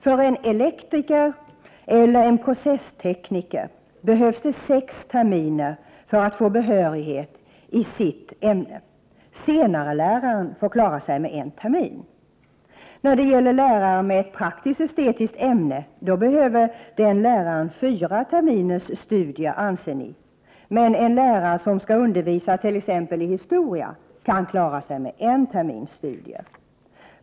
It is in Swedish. För en elektriker eller en processtekniker behövs det sex terminer för att få behörighet i ämnet, medan senareläraren får klara sig med en termin. Lärare med ett praktiskt estetiskt ämne behöver fyra terminers studier, anser ni, men en lärare som skall undervisa it.ex. historia skall klara sig med en termins studier.